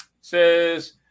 says